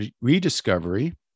rediscovery